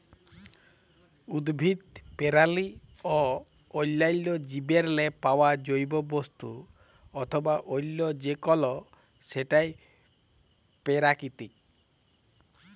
উদ্ভিদ, পেরানি অ অল্যাল্য জীবেরলে পাউয়া জৈব বস্তু অথবা অল্য যে কল সেটই পেরাকিতিক